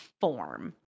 form